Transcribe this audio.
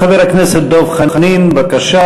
חבר הכנסת דב חנין, בבקשה.